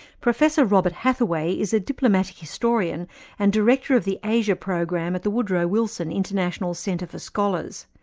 professor robert hathaway is a diplomatic historian and director of the asia program at the woodrow wilson international centre for scholars.